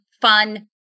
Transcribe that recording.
fun